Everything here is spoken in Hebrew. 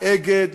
"אגד",